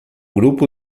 grupo